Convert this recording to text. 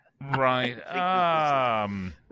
Right